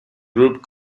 group